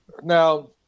Now